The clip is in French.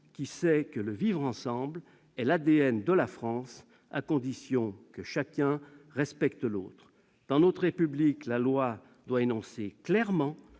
qui sait que le « vivre ensemble » est l'ADN de la France, à condition que chacun respecte l'autre. Dans notre République, la loi doit énoncer clairement